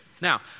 Now